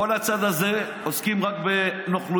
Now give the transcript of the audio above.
כל הצד הזה עוסקים רק בנוכלויות.